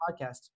Podcast